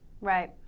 Right